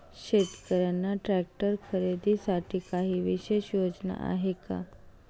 शेतकऱ्यांना ट्रॅक्टर खरीदीसाठी काही विशेष योजना आहे का?